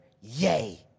yay